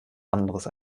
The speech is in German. anderes